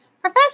Professor